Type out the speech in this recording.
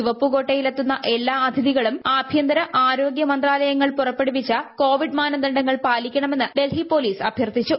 ചുവപ്പു കോട്ടയിൽ എത്തുന്ന എല്ലാ അതിഥികൾക്കും ആഭ്യന്തര ആരോഗ്യ മന്ത്രാലയം പുറപ്പെടുവിച്ച കോവിഡ് മാനദണ്ഡങ്ങൾ പാലിക്കണമെന്ന് ഡൽഹി പോലീസ് അഭ്യർത്ഥിച്ചു